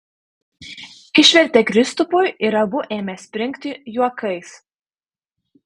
išvertė kristupui ir abu ėmė springti juokais